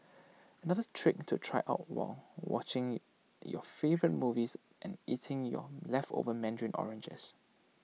another trick to try out while watching your favourite movies and eating your leftover Mandarin oranges